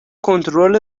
کنترل